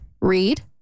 Read